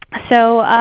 so